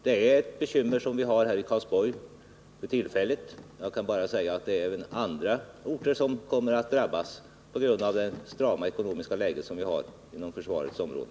Vi har bekymmer i Karlsborg just nu, och jag kan bara säga att även andra orter kommer att drabbas på grund av det strama ekonomiska läge som vi har inom försvarets område.